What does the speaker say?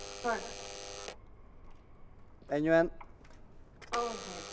হয় অ' হয়